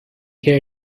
hear